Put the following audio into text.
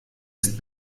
ist